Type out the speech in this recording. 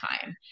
time